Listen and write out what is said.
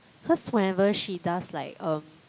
cause whenever she does like um